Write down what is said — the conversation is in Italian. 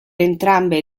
entrambe